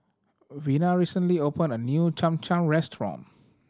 Vina recently opened a new Cham Cham restaurant